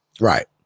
Right